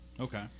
Okay